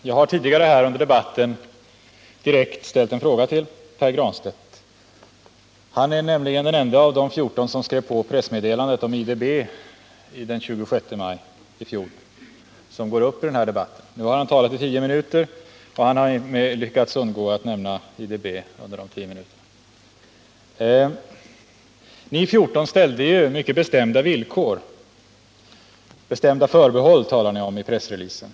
Herr talman! Jag har tidigare under debatten ställt en direkt fråga till Pär Granstedt; han är nämligen den ende av de 14 som skrev på pressmeddelandet om IDB den 26 maj i fjol som går upp i den här debatten. Nu har han talat i tio minuter och lyckats undgå att nämna IDB. Ni 14 ställde ju mycket bestämda villkor — bestämda förbehåll talade ni om i pressreleasen.